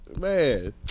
Man